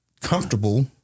comfortable